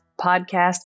Podcast